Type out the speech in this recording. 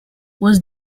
was